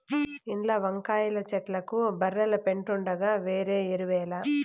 ఇంట్ల వంకాయ చెట్లకు బర్రెల పెండుండగా వేరే ఎరువేల